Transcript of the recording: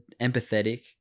empathetic